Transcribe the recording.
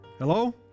Hello